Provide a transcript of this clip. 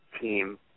team